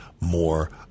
more